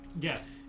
Yes